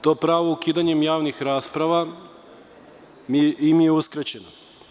To pravo ukidanjem javnih rasprava nije uskraćeno.